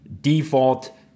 default